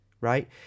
Right